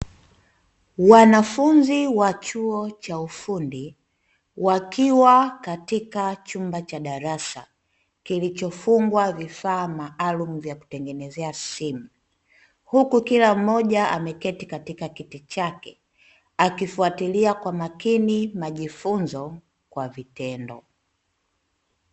Wanafunzi wa chuo cha ufundi wakiwa katika chumba cha darasa kilichofungwa vifaa maalumu vya kutengenezea simu, huku kila mmoja ameketi katika kiti chake akifuatilia kwa makini majifunzo kwa vitendo.